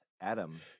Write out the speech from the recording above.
Adam